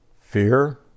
Fear